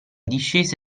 discese